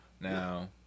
Now